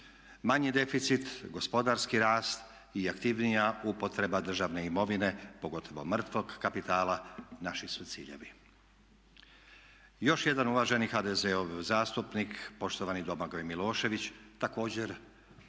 "Manji deficit, gospodarski rast i aktivnija upotreba državne imovine pogotovo mrtvog kapitala naši su ciljevi." Još jedan uvaženi HDZ-ov zastupnik poštovani Domagoj Milošević također